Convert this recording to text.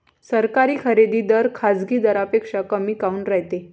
सरकारी खरेदी दर खाजगी दरापेक्षा कमी काऊन रायते?